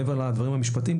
מעבר לדברים המשפטיים,